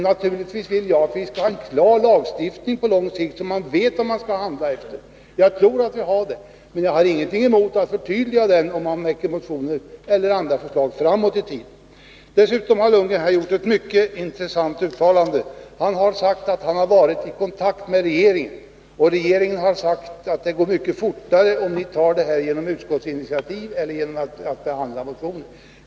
Naturligtvis tycker jag att vi skall ha en klar lagstiftning på lång sikt, så att man vet vad man skall handla efter. Jag tror att vi har det, men jag har ingenting emot att förtydliga den, om det väcks motioner eller andra förslag därom som syftar framåt i tiden. Dessutom gjorde Bo Lundgren ett mycket intressant uttalande. Han sade att han hade varit i kontakt med regeringen och att regeringen då sagt att det här går mycket fortare att ta genom ett utskottsinitiativ eller genom att behandla motionen.